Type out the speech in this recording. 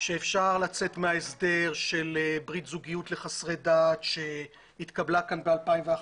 שאפשר לצאת מההסדר של ברית זוגיות לחסרי דת שהתקבלה כאן ב-2011,